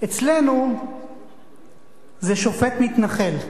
אצלנו זה שופט מתנחל,